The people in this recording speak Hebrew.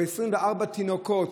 או 24 תינוקות,